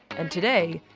and today,